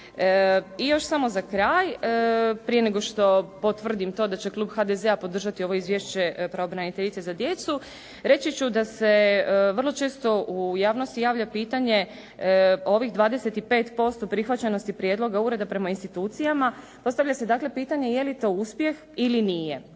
I još samo za kraj. Prije nego što potvrdim to da će klub HDZ-a podržati ovo Izvješće pravobraniteljice za djecu reći ću da se vrlo često u javnosti javlja pitanje ovih 25% prihvaćenosti prijedloga ureda prema institucijama. Postavlja se dakle pitanje je li to uspjeh ili nije.